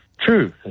True